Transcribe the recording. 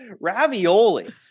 Ravioli